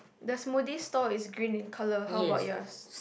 the smoothie store is green in colour how about yours